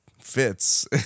fits